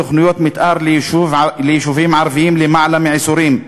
תוכניות מתאר ליישובים ערביים למעלה מעשורים,